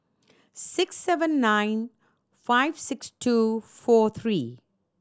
six seven nine five six two four three